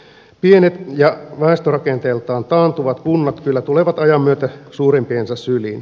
pienet ja väestörakenteeltaan taantuvat kunnat kyllä tulevat ajan myötä suurempiensa syliin